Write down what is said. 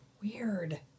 Weird